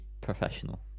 professional